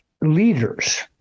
leaders